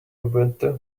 ubuntu